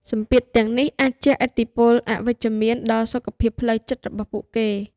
សម្ពាធទាំងនេះអាចជះឥទ្ធិពលអវិជ្ជមានដល់សុខភាពផ្លូវចិត្តរបស់ពួកគេ។